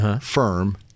Firm